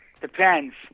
depends